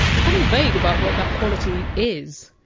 kind of vague about what that quality is!